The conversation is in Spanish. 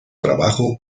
trabajo